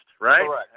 right